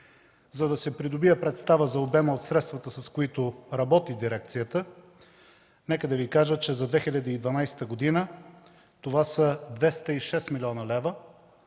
За да се придобие представа за обема от средствата, с които работи дирекцията, нека да Ви кажа, че за 2012 г. това са 206 млн. лв.,